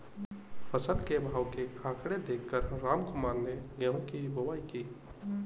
फसल के भाव के आंकड़े देख कर रामकुमार ने गेहूं की बुवाई की